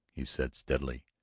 he said steadily,